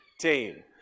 team